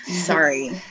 Sorry